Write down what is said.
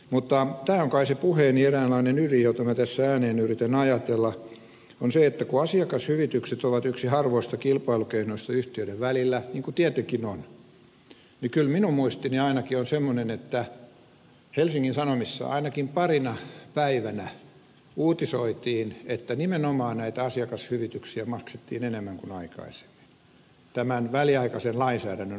mutta tämä on kai puheeni eräänlainen ydin jota minä tässä ääneen yritän ajatella että kun asiakashyvitykset ovat yksi harvoista kilpailukeinoista yhtiöiden välillä niin kuin tietenkin on niin kyllä minun muistini ainakin on semmoinen että helsingin sanomissa ainakin parina päivänä uutisoitiin että nimenomaan näitä asiakashyvityksiä maksettiin enemmän kuin aikaisemmin tämän väliaikaisen lainsäädännön ansiosta